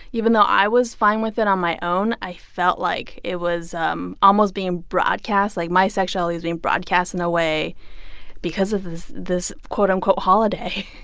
even though i was fine with it on my own, i felt like it was um almost being broadcast. like, my sexuality was being broadcast in a way because of this quote, unquote, holiday